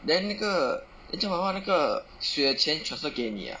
then 那个 then 这样的话那个水的钱 transfer 给你 ah